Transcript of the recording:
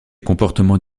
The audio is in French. comportements